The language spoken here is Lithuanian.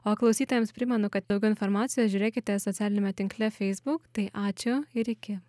o klausytojams primenu kad informacijos žiūrėkite socialiniame tinkle feisbuk tai ačiū ir iki